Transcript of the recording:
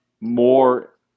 more